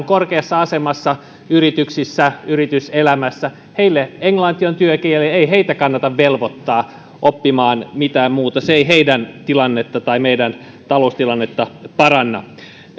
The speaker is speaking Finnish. korkeassa asemassa yrityksissä yrityselämässä heille englanti on työkieli ei heitä kannata velvoittaa oppimaan mitään muuta se ei heidän tilannettaan tai meidän taloustilannettamme paranna